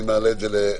אני מעלה את זה להצבעה.